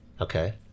okay